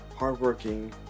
Hardworking